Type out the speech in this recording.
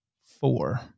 four